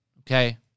Okay